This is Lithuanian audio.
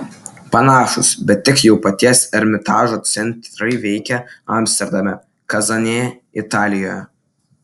panašūs bet tik jau paties ermitažo centrai veikia amsterdame kazanėje italijoje